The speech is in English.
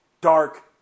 dark